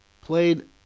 played